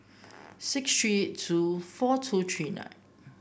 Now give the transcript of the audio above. six three two four two three nine